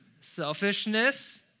selfishness